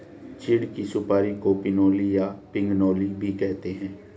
चीड़ की सुपारी को पिनोली या पिगनोली भी कहते हैं